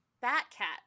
Bat-Cat